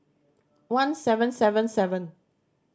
one seven seven seven